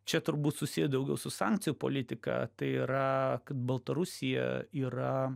čia turbūt susiję daugiau su sankcijų politika tai yra kad baltarusija yra